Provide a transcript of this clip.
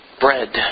bread